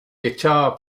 guitar